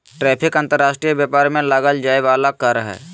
tariff अंतर्राष्ट्रीय व्यापार में लगाल जाय वला कर हइ